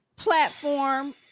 platform